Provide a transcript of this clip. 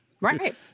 Right